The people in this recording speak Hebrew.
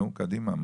נו קדימה,